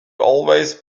always